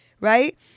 Right